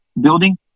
building